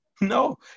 No